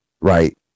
right